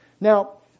Now